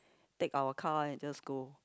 take our car and just go